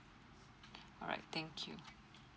alright thank you